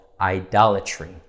idolatry